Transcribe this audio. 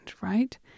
right